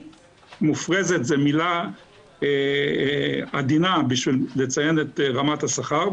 מופרזת זו מילה עדינה כדי לציין את רמת השכר,